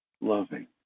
loving